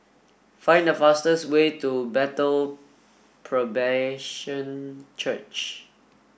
find the fastest way to Bethel Presbyterian Church